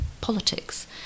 politics